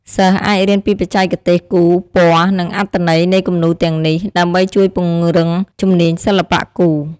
សិស្សអាចរៀនពីបច្ចេកទេសគូរ ពណ៌ និងអត្ថន័យនៃគំនូរទាំងនេះ ដើម្បីជួយពង្រឹងជំនាញសិល្បៈគូរ។